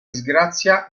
disgrazia